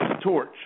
torch